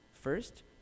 first